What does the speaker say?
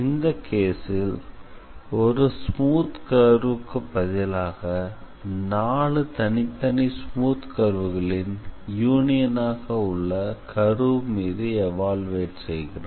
இந்த கேஸில் ஒரு ஸ்மூத் கர்வ் க்கு பதிலாக 4 தனித்தனி ஸ்மூத் கர்வ் களின் யூனியனாக உள்ள கர்வ் மீது எவாலுயுயேட் செய்கிறோம்